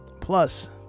plus